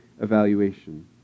evaluation